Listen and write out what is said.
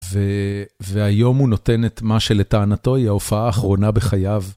ו...והיום הוא נותן את מה שלטענתו היא ההופעה האחרונה בחייו.